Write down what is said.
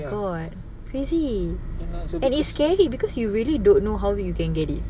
ya lah so kita